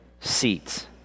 seats